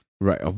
Right